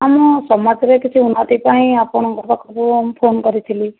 ଆମ ସମାଜରେ କିଛି ଉନ୍ନତି ପାଇଁ ଆପଣଙ୍କ ପାଖକୁ ମୁଁ ଫୋନ କରିଥିଲି